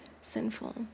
sinful